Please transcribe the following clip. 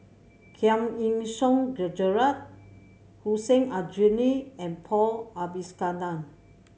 Giam Yean Song Gerald Hussein Aljunied and Paul Abisheganaden